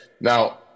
Now